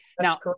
Now